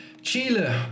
chile